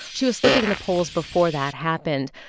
she was slipping in the polls before that happened.